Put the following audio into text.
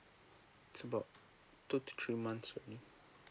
it's about two to three months already